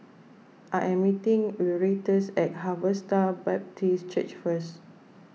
I am meeting Erastus at Harvester Baptist Church first